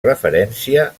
referència